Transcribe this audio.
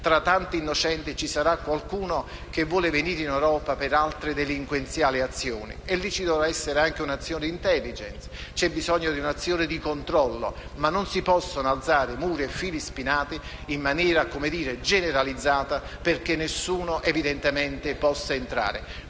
tra tanti innocenti ci sarà qualcuno che vuole venire in Europa per altre delinquenziali azioni. In quel caso c'è bisogno di un' azione di *intelligence*, di un'azione di controllo, ma non si possono alzare muri e fili spinati in maniera generalizzata, perché nessuno possa entrare.